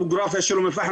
הטופוגרפיה של אום אל פחם,